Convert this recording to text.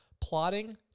plotting